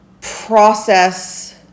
process